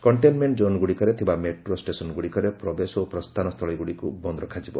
containment ଜୋନ୍ଗୁଡ଼ିକରେ ଥିବା metro ଷ୍ଟେସନଗୁଡ଼ିକରେ ପ୍ରବେଶ ଓ ପ୍ରସ୍ଥାନ ସ୍ଥଳୀଗୁଡ଼ିକୁ ବନ୍ଦ ରଖାଯିବ